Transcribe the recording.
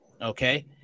Okay